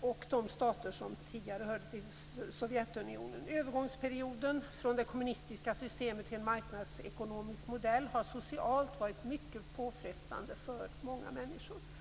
och de stater som tidigare hörde till Sovjetunionen. Övergångsperioden från det kommunistiska systemet till en marknadsekonomisk modell har socialt varit mycket påfrestande för många människor.